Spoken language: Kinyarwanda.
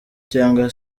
cyangwa